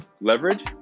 leverage